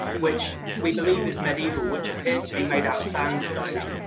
which we believe is medieval, which appeared to be made out of sandstone,